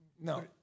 No